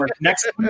Next